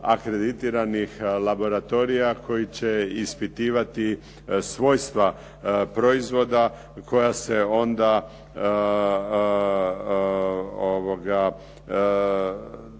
akreditiranih laboratorija koji će ispitivati svojstva proizvoda koja se onda